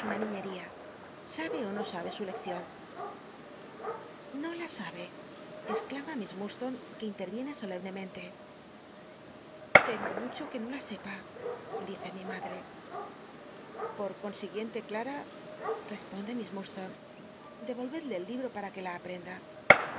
niiicria sabe ó no su leccion no la sabe exclama miss hll lstone que inl l'icne solemnemente temo mucho ue no la sepa di e mi madc por con iguicnte clara responde miss llurllstone llel'olredle el libro p ua que la aprenda